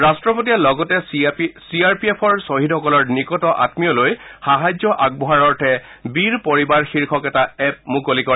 ৰট্টপতিয়ে লগতে C R P এফৰ খ্বহীদসকলৰ নিকট আমীয়লৈ সাহায্য আগবঢ়োৱাৰ অৰ্থে বীৰ পৰিবাৰ শীৰ্ষক এটা এপঅ মুকলি কৰে